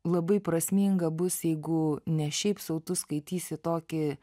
labai prasminga bus jeigu ne šiaip sau tu skaitysi tokį